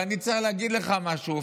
ואני צריך להגיד לך משהו,